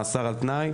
מאסר על תנאי,